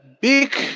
big